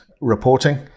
reporting